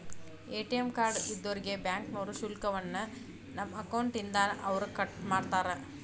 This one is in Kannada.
ಎ.ಟಿ.ಎಂ ಕಾರ್ಡ್ ಇದ್ದೋರ್ಗೆ ಬ್ಯಾಂಕ್ನೋರು ಶುಲ್ಕವನ್ನ ನಮ್ಮ ಅಕೌಂಟ್ ಇಂದಾನ ಅವ್ರ ಕಟ್ಮಾಡ್ತಾರ